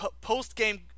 post-game